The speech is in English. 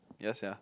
ya sia